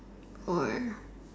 or